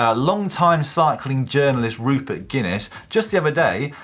ah longtime cycling journalist rupert guinness, just the other day,